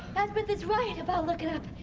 azabeth is right about looking up.